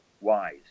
Wise